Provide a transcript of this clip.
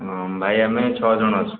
ହଁ ଭାଇ ଆମେ ଛଅ ଜଣ ଅଛୁ